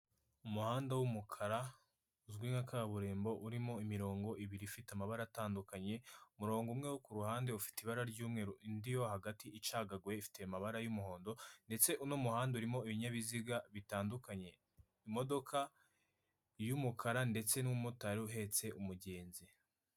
Umuhanda w'umukara uzwi nka kaburimbo urimo imirongo ibiri ifite amabara atandukanye, umurongo umwe wo ku ruhande ufite ibara ry'umweru, indi yo hagati icagaguye ifite amabara y,umuhondo ndetse uno muhanda urimo ibinyabiziga bitandukanye, imodoka y'umukara ndetse n'umumotari uhetse umugenzi.